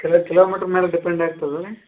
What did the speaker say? kilo kilometre ಮೇಲೆ depend ಆಗ್ತದ್ರಿ